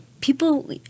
people